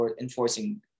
enforcing